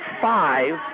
five